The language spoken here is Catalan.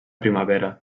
primavera